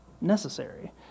necessary